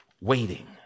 waiting